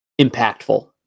impactful